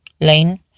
lane